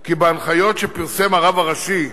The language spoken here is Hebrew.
כי בהנחיות שפרסם הרב הראשי,